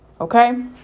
Okay